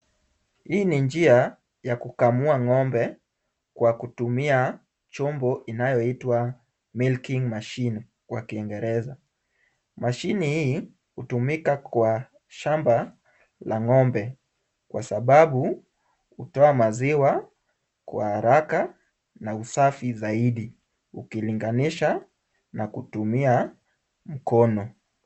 Hii ni njia ya kukamua ng'ombe kwa kutumia chombo inayoitwa milking machine kwa kiingereza. Mashine hii hutumika kwa shamba la ng'ombe kwa sababu hutoa maziwa kwa haraka na usafi zaidi ukilinganisha na kutumia mkono.